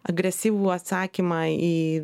agresyvų atsakymą į